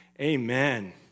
amen